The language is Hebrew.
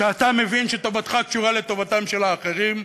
שאתה מבין שטובתך קשורה לטובתם של האחרים,